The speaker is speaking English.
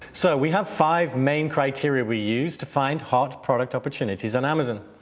so, we have five main criteria we use to find hot product opportunities on amazon.